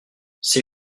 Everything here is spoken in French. ces